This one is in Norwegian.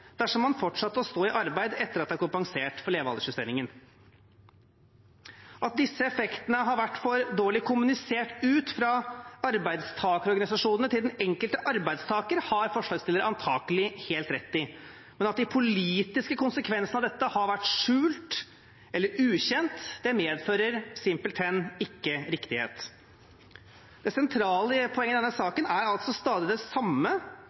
dersom man fortsatte å stå i arbeid etter å ha kompensert for levealdersjusteringen. At disse effektene har vært for dårlig kommunisert ut fra arbeidstakerorganisasjonene til den enkelte arbeidstaker, har forslagsstillerne antakelig helt rett i, men at de politiske konsekvensene av dette har vært skjult eller ukjent, medfører simpelthen ikke riktighet. Det sentrale poenget i denne saken er altså stadig det samme